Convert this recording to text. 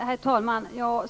Herr talman!